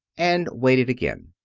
and waited again.